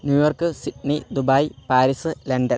New York Sydney Dubai Paris London